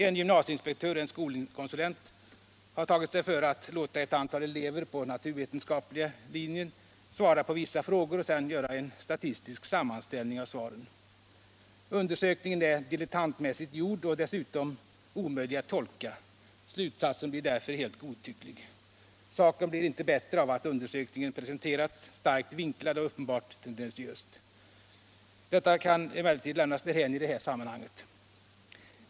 En gymnasieinspektör och en skolkonsulent har tagit sig före att låta ett antal elever på den naturvetenskapliga linjen svara på vissa frågor. Sedan har de gjort en statistisk sammanställning av svaren. Undersökningen är dilettantmässigt gjord och dessutom omöjlig att tolka. Slutsatsen blir därför helt godtycklig. Saken blir inte bättre av att undersökningen presenterats starkt vinklad och uppenbart tendentiöst. Detta kan emellertid lämnas därhän i det här sammanhanget.